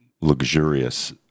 luxurious